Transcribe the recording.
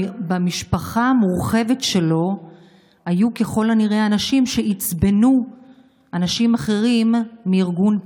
במשפחה המורחבת שלו היו ככל הנראה אנשים שעצבנו אנשים אחרים מארגון פשע.